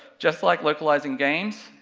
just like localizing games,